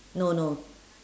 no no